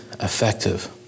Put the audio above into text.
effective